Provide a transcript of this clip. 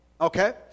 okay